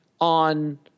on